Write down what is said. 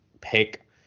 pick